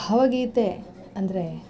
ಭಾವಗೀತೆ ಅಂದರೆ